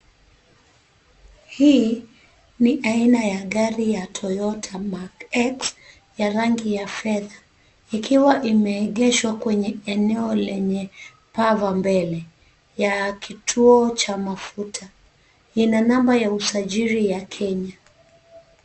Hii, ni aina ya gari ya Toyota Mac X ya rangi ya fedha. Ikiwa imeegeshwa kwenye eneo lenye pava mbele, ya kituo, cha mafuta, ina namba ya usajili ya Kenya.